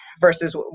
versus